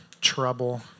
trouble